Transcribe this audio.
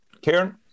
karen